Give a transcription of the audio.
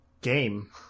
game